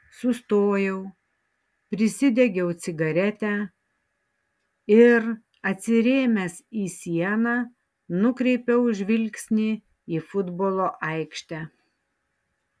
sustojau prisidegiau cigaretę ir atsirėmęs į sieną nukreipiau žvilgsnį į futbolo aikštę